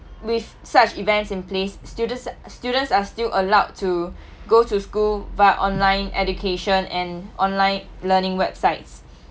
with such events in place students students are still allowed to go to school via online education and online learning websites